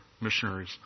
missionaries